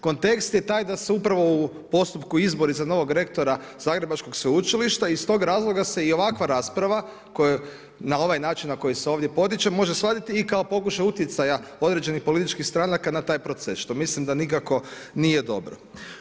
Kontekst je taj da se upravo u postupku izbori za novog rektora Zagrebačkog sveučilišta iz tog razloga se i ovakva rasprava na ovaj način na koji se ovdje potiče može shvatiti i kao pokušaj utjecaja određenih političkih stranaka na taj proces, što mislim da nikako nije dobro.